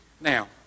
Now